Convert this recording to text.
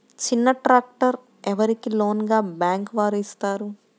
చిన్న ట్రాక్టర్ ఎవరికి లోన్గా బ్యాంక్ వారు ఇస్తారు?